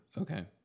Okay